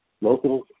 local